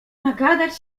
nagadać